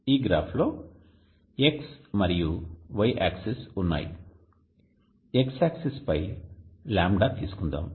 ఈ గ్రాఫ్ లో X మరియు Y యాక్సిస్ ఉన్నాయి X యాక్సిస్ పై λ తీసుకుందాం